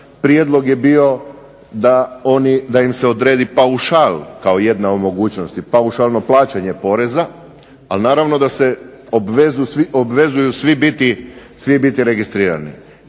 Prijedlog je bio da oni, da im se odredi paušal kao jedna od mogućnosti, paušalno plaćanje poreza, ali naravno da se obvezuju svi biti registrirani.